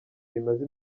rimaze